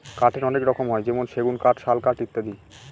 কাঠের অনেক রকম হয় যেমন সেগুন কাঠ, শাল কাঠ ইত্যাদি